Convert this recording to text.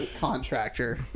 Contractor